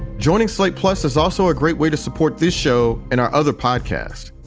joining slate plus is also a great way to support this show. and our other podcast,